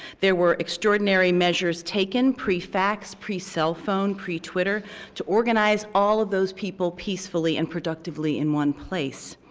there were extraordinary measures taken, pre-tax, pre-cell phone, pre-text to organize all of those people peacefully and productively in one place.